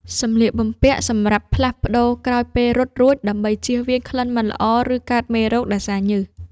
សម្លៀកបំពាក់សម្រាប់ផ្លាស់ប្តូរក្រោយពេលរត់រួច ដើម្បីជៀសវាងក្លិនមិនល្អ ឬ កើតមេរោគដោយសារញើស។